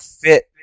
fit